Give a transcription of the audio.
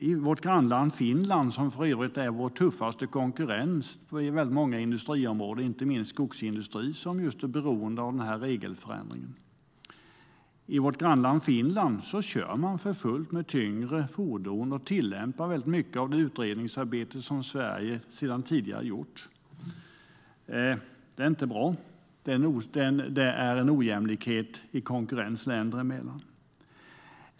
I vårt grannland Finland, som för övrigt är vår tuffaste konkurrent inom många industriområden, och inte minst skogsindustrin som är beroende av denna regelförändring, kör man för fullt med tyngre fordon och tillämpar mycket av det som står i utredningsarbetet som har gjorts i Sverige sedan tidigare. Det är inte bra. Det är en ojämlikhet i konkurrens länder emellan.